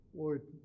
Lord